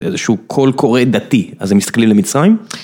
זה איזה שהוא קול קורא דתי, אז זה מסתכלים למצרים.